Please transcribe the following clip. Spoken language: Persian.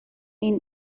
این